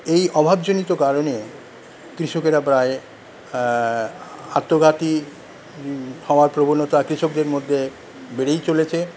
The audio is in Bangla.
এই অভাবজনিত কারণে কৃষকেরা প্রায় আত্মঘাতী হওয়ার প্রবণতা কৃষকদের মধ্যে বেড়েই চলেছে